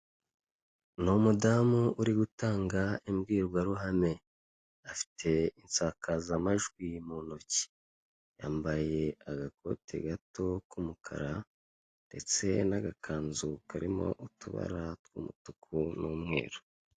Ni umudamu uri gutanga imbwirwaruhame, afite insakazamajwi mu ntoki, yambaye agakote gato k'umukara ndetse n'agakanzu karimo utubara tw'umutuku n'umweru.